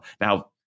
Now